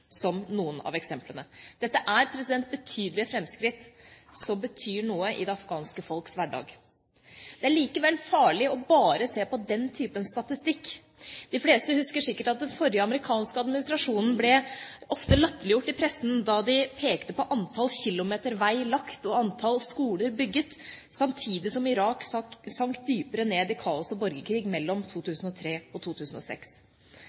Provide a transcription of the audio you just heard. noen av eksemplene. Dette er betydelige fremskritt som betyr noe i det afghanske folks hverdag. Det er likevel farlig bare å se på den typen statistikk. De fleste husker sikkert at den forrige amerikanske administrasjonen ofte ble latterliggjort i pressen når de pekte på antall kilometer vei lagt og antall skoler bygget, samtidig som Irak sank dypere ned i kaos og borgerkrig mellom 2003 og 2006.